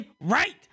Right